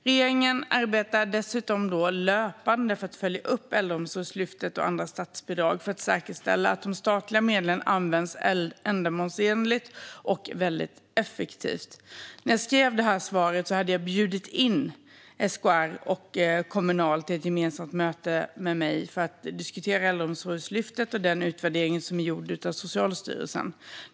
Regeringen arbetar dessutom löpande med att följa upp Äldreomsorgslyftet och andra statsbidrag för att säkerställa att statliga medel används ändamålsenligt och effektivt. När jag förberedde svaret hade jag bjudit in SKR och Kommunal till ett gemensamt möte med mig för att diskutera Äldreomsorgslyftet och den utvärdering som gjorts av Socialstyrelsen.